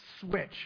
switch